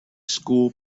school